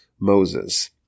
Moses